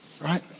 Right